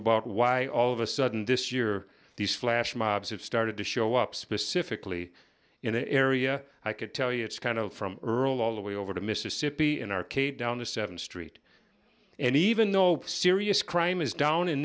about why all of a sudden this year these flash mobs have started to show up specifically in the area i could tell you it's kind of from rural all the way over to mississippi in our keep down the seventh street and even though serious crime is down in